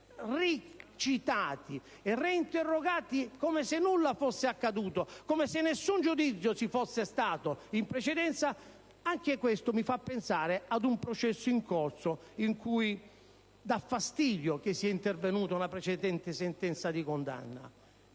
ricitati e reinterrogati, come se nulla fosse accaduto, come se nessun giudizio ci fosse stato in precedenza, anche questo mi fa pensare ad un processo in corso, in cui dà fastidio che sia intervenuta una precedente sentenza di condanna.